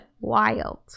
Wild